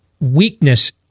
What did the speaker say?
weakness